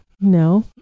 no